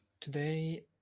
Today